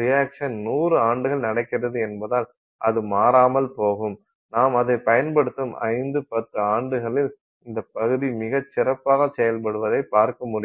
reaction 100 ஆண்டுகள் நடக்கிறது என்பதால் அது மாறாமல் போகும் நாம் அதைப் பயன்படுத்தும் 5 10 ஆண்டுகளில் இந்த பகுதி மிகச் சிறப்பாக செயல்படுவதைப் பார்க்க முடிகிறது